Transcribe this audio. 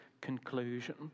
conclusion